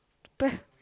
to press